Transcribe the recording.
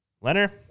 Leonard